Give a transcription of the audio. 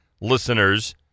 listeners